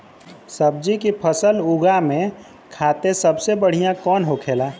सब्जी की फसल उगा में खाते सबसे बढ़ियां कौन होखेला?